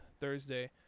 Thursday